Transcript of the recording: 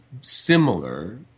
similar